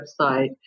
website